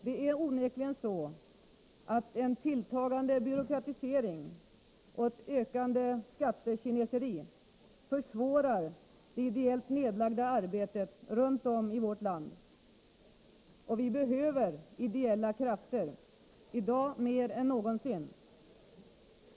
Det är onekligen så att en tilltagande byråkratisering och ett ökande skattekineseri försvårar det ideellt nedlagda arbetet runt om i vårt land. Och vi behöver ideella krafter — i dag mer än någonsin!